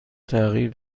تغییر